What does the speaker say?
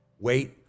Wait